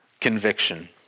Conviction